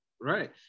Right